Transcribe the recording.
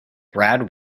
brad